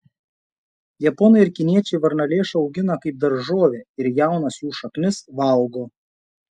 japonai ir kiniečiai varnalėšą augina kaip daržovę ir jaunas jų šaknis valgo